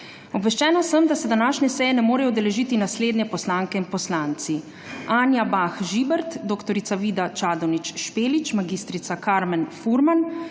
Obveščena sem, da se današnje seje ne morejo udeležiti naslednje poslanke in poslanci: Anja Bah Žibert, dr. Vida Čadonič Špelič, mag. Karmen Furman,